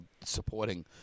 supporting